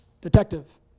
Detective